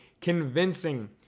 convincing